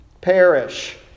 Perish